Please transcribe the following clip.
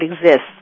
exists